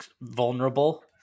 vulnerable